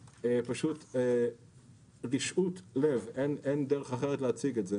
שפשוט ברשעות לב אין דרך אחרת להציג את זה